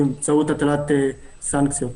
באמצעות הטלת סנקציות.